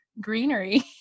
greenery